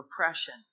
oppression